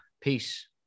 Peace